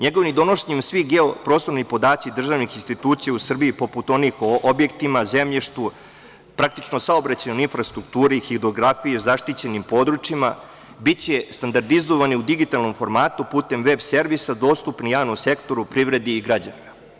NJegovim donošenjem svi geoprostorni podaci državnih institucija u Srbiji, poput onih o objektima, zemljištu, praktično saobraćaju, infrastrukturi, hidrografiji, zaštićenim područjima, biće standardizovani u digitalnom formatu putem veb servisa dostupni javnom sektoru privredi i građanima.